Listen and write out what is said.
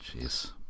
Jeez